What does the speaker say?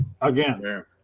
Again